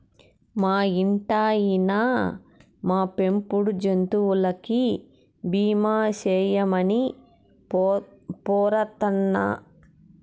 మా ఇంటాయినా, మా పెంపుడు జంతువులకి బీమా సేయమని పోరతన్నా